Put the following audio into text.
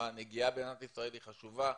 הנגיעה במדינת ישראל היא חשובה,